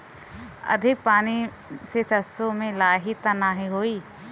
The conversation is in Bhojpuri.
अधिक पानी से सरसो मे लाही त नाही होई?